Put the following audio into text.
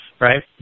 right